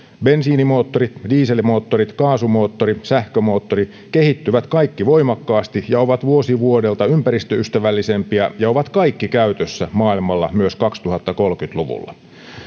bensiinimoottorit dieselmoottorit kaasumoottorit sähkömoottorit kehittyvät kaikki voimakkaasti ja ovat vuosi vuodelta ympäristöystävällisempiä ja ovat kaikki käytössä maailmalla myös kaksituhattakolmekymmentä luvulla